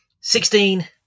Sixteen